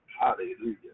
Hallelujah